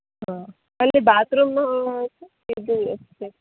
ಹಾಂ ಅಲ್ಲಿ ಬಾತ್ರೂಮ್ ಇದು